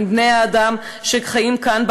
בין בני-האדם שחיים כאן,